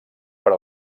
per